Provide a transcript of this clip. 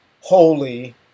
holy